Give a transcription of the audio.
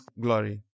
glory